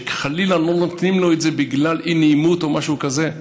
שחלילה לא נותנים לו את זה בגלל אי-נעימות או משהו כזה,